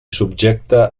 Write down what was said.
subjecte